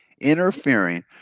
interfering